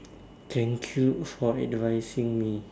thank you for advising me